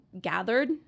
gathered